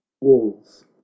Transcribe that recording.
walls